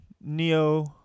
Neo